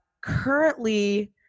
Currently